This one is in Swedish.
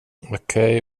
okej